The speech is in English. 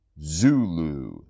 Zulu